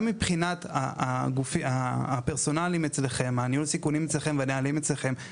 גם מבחינת ניהול הסיכונים והנהלים אצלכם,